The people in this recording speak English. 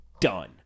done